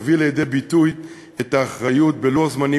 ותביא לידי ביטוי את האחריות בלוח זמנים